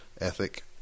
Ethic